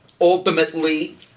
ultimately